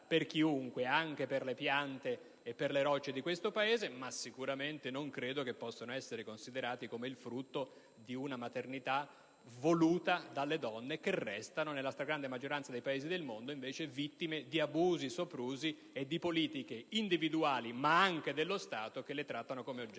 del pianeta, comprese le piante e le rocce. Sicuramente non credo che possano essere considerati il frutto di una maternità voluta dalle donne che sono, nella stragrande maggioranza dei Paesi del mondo, vittime di abusi, soprusi e di politiche individuali, ma anche dello Stato che le tratta come oggetto.